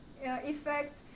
effect